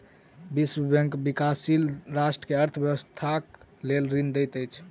विश्व बैंक विकाशील राष्ट्र के अर्थ व्यवस्थाक लेल ऋण दैत अछि